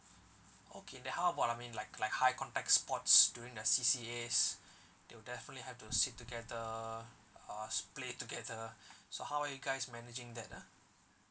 okay then how about I mean like like high contact sports during the C_C_A's they'll definitely have to sit together uh play together so how are you guys managing that ah